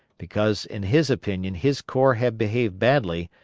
because in his opinion his corps had behaved badly,